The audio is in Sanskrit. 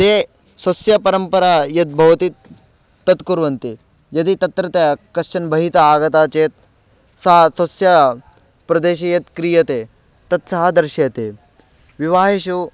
ते स्वस्य परम्परा यद्भवति तत् कुर्वन्ति यदि तत्र तया कश्चन बहितः आगतं चेत् सा स्वस्य प्रदेशे यत् क्रियते तत् सः दर्शयति विवाहेषु